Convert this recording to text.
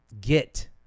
Get